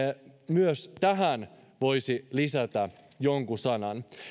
myös tähän voisi lisätä jonkun sanan